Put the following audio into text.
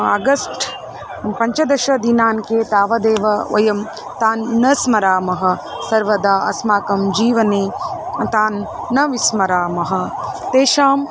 August पञ्चदशदिनाङ्के तावदेव वयं तान् न स्मरामः सर्वदा अस्माकं जीवने तान् न विस्मरामः तेषाम्